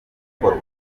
gukorwa